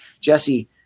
Jesse